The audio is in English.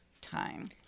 time